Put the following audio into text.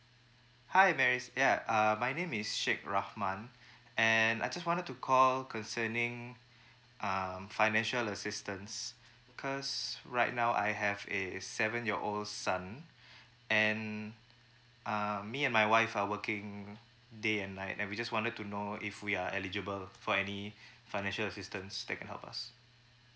hi mary yeah uh my name is syed rahman and I just wanted to call concerning um financial assistance cause right now I have a seven year old son and uh me and my wife are working day and night and we just wanted to know if we are eligible for any financial assistance that can help us